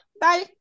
bye